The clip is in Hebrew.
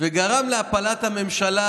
וגרם להפלת הממשלה,